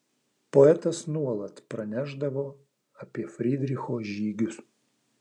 poetas nuolat pranešdavo apie frydricho žygius